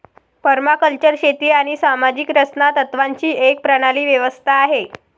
permaculture शेती आणि सामाजिक रचना तत्त्वांची एक प्रणाली व्यवस्था आहे